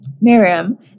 Miriam